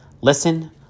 listen